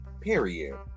Period